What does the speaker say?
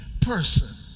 person